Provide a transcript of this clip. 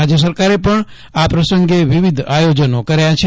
રાજ્ય સરકારે પણ આ પ્રસંગે વિવિધ આયોજનો કર્યા છે